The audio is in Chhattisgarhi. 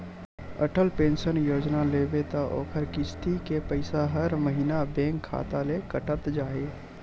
अटल पेंसन योजना लेबे त ओखर किस्ती के पइसा ह हर महिना बेंक खाता ले कटत जाही